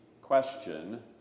question